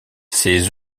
ses